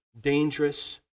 dangerous